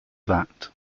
that